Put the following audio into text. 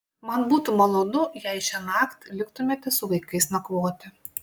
man būtų malonu jei šiąnakt liktumėte su vaikais nakvoti